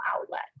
outlet